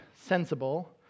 sensible